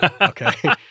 Okay